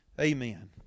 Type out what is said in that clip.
Amen